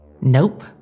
Nope